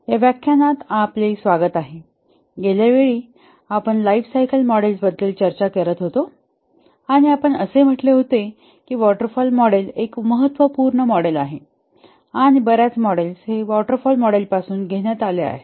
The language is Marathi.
या व्याख्यानात आपले स्वागत आहे गेल्या वेळी आपण लाइफ सायकल मॉडेल्सबद्दल चर्चा करीत होतो आणि आपण असे म्हटले होते की वॉटर फॉल मॉडेल एक महत्त्वपूर्ण मॉडेल आहे आणि बर्याच मॉडेल्स वॉटर फॉल मॉडेलपासून घेण्यात आल्या आहेत